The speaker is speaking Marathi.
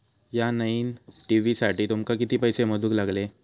या नईन टी.व्ही साठी तुमका किती पैसे मोजूक लागले?